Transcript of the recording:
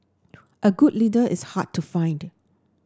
a good leader is hard to find